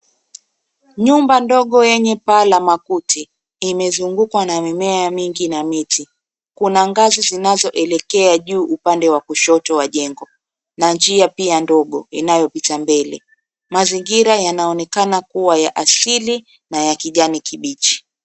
Nyumba ndogo yenye paa la makuti imezungukwa na mimea mingi na miti. Kuna ngazi zinazoelekea juu upande wa kushoto wa njengo na njia pia ndogo inayopita mbele. Mazingira yanaonekana kuwa ya asili na ya kijani kibichi.